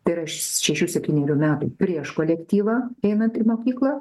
tai yra šešių septynerių metų prieš kolektyvą einant į mokyklą